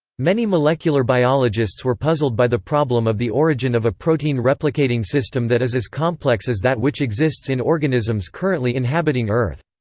many molecular biologists were puzzled by the problem of the origin of a protein replicating system that is as complex as that which exists in organisms currently inhabiting earth.